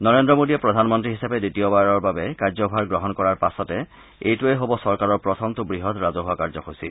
নৰেন্দ্ৰ মোদীয়ে প্ৰধানমন্ত্ৰী হিচাপে দ্বিতীয়বাৰৰ বাবে কাৰ্য্যভাৰ গ্ৰহণ কৰাৰ পাছতে এইটোৱে হ'ব চৰকাৰৰ প্ৰথমটো বৃহৎ ৰাজহুৱা কাৰ্য্যসূচী